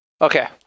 Okay